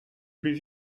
plus